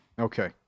Okay